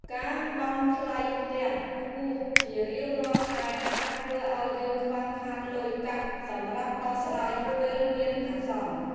ការបង់ថ្លៃផ្ទះខ្ពស់ជារៀងរាល់ខែអាចធ្វើឱ្យយើងខ្វះខាតលុយកាក់សម្រាប់ដោះស្រាយពេលមានអាសន្ន។